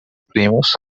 primos